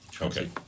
Okay